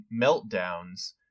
meltdowns